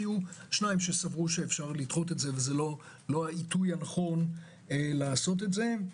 היו שניים שסברו שאפשר לדחות את זה וזה לא העיתוי הנכון לעשות את זה.